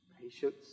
patience